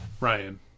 Ryan